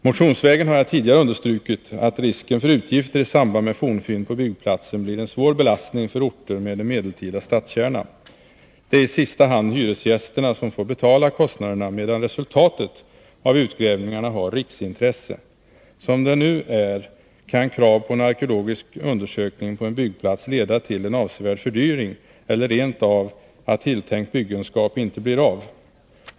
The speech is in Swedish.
Motionsvägen har jag tidigare understrukit att risken för utgifter i samband med fornfynd på byggplatsen blir en svår belastning för orter med en medeltida stadskärna. Det är i sista hand hyresgästerna som får betala kostnaderna, medan resultatet av utgrävningarna har riksintresse. Som det nu är kan krav på en arkeologisk undersökning på en byggplats leda till en avsevärd fördyring eller rent av till att tilltänkt byggenskap inte blir av.